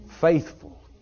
faithful